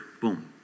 boom